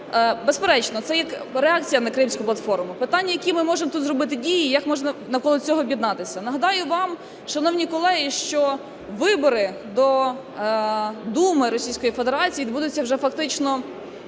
безперечно, це як реакція на Кримську платформу. Питання: які ми можемо тут зробити дії, як можна навколо цього об'єднатися? Нагадаю вам, шановні колеги, що вибори до Думи Російської Федерації відбудуться вже фактично